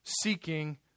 seeking